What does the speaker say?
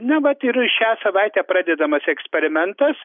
na vat ir šią savaitę pradedamas eksperimentas